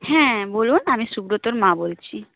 হ্যাঁ বলুন আমি সুব্রতর মা বলছি